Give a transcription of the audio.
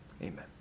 Amen